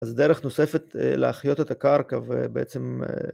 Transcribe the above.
אז דרך נוספת להחיות את הקרקע ובעצם...